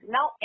Now